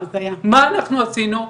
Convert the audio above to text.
מה אנחנו עשינו,